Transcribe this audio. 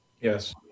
Yes